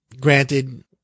granted